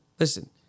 Listen